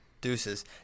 deuces